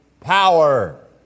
power